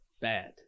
bad